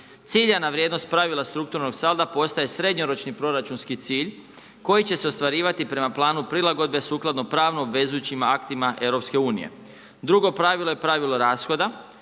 Ciljana vrijednost pravila strukturnog salda postaje srednjoročni proračunski cilj koji će se ostvarivati prema planu prilagodbe sukladno pravno obvezujućim aktima EU. Drugo pravilo je pravilo rashoda